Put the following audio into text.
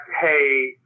hey